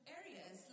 areas